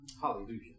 Hallelujah